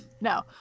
No